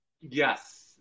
Yes